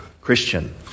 Christian